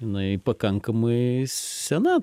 jinai pakankamai sena